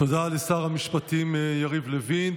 תודה לשר המשפטים יריב לוין.